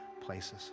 places